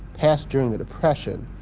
passed during the depression.